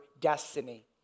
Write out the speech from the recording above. destiny